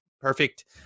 Perfect